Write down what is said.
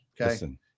Okay